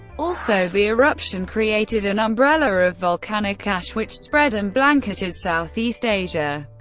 also the eruption created an umbrella of volcanic ash which spread and blanketed southeast asia,